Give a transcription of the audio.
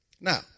Now